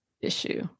issue